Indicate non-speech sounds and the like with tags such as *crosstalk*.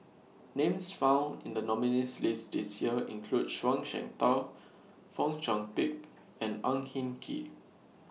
Names found in The nominees' list This Year include Zhuang Shengtao Fong Chong Pik *noise* and Ang Hin Kee